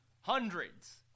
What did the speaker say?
hundreds